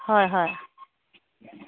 হয় হয়